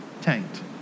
tanked